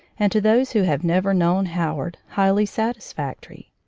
and, to those who have never known howard, highly satisfactory.